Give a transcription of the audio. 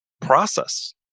process